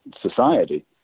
society